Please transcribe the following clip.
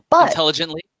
Intelligently